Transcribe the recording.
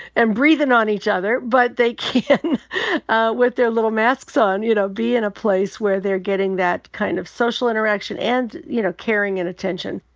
and breathing on each other. but they can with their little masks on, you know, be in a place where they're getting that kind of social interaction and, you know, caring and attention.